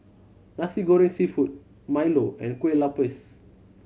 Nasi Goreng Seafood milo and Kueh Lopes